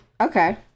Okay